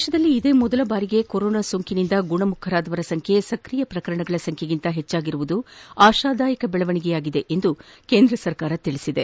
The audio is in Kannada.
ದೇಶದಲ್ಲಿ ಇದೇ ಮೊದಲ ಬಾರಿಗೆ ಕೊರೋನಾ ಸೋಂಕಿನಿಂದ ಗುಣಮುಖರಾದವರ ಸಂಖ್ಯೆ ಸಕ್ರಿಯ ಪ್ರಕರಣಗಳ ಸಂಖ್ಣೆಗಿಂತ ಹೆಚ್ಚಾಗಿರುವುದು ಆಶಾದಾಯಕ ಬೆಳವಣಿಗೆಯಾಗಿದೆ ಎಂದು ಕೇಂದ್ರ ಸರ್ಕಾರ ತಿಳಿಸಿದೆ